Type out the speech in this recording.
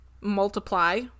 multiply